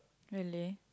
really